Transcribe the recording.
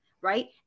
right